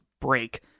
break